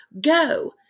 go